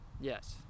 Yes